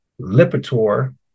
Lipitor